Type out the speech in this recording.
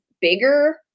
bigger